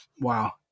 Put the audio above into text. wow